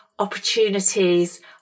opportunities